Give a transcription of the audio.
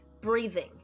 breathing